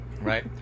right